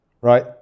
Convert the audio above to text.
Right